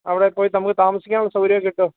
അവിടെ പോയി നമുക്ക് താമസിക്കാനുള്ള സൗകര്യം ഒക്കെ കിട്ടോ